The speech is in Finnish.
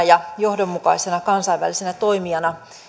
ja johdonmukaisena kansainvälisenä toimijana